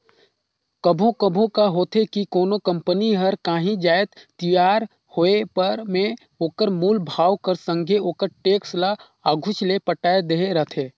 कभों कभों का होथे कि कोनो कंपनी हर कांही जाएत तियार होय पर में ओकर मूल भाव कर संघे ओकर टेक्स ल आघुच ले पटाए देहे रहथे